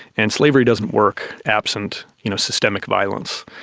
and slavery doesn't work absent you know systemic violence.